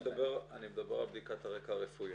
אני מדבר על בדיקת הרקע הרפואי,